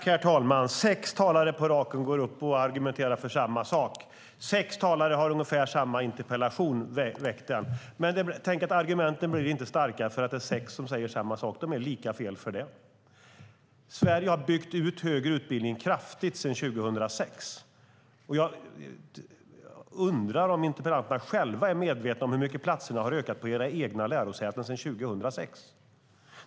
Herr talman! Sex talare på raken går upp och argumenterar för samma sak. Sex talare har väckt ungefär samma interpellation. Men argumenten blir inte starkare därför att det är sex som säger samma sak, utan de är lika fel för det. Sverige har byggt ut högre utbildning kraftigt sedan 2006. Jag undrar om interpellanterna själva är medvetna om hur mycket platserna har ökat på era egna lärosäten sedan 2006.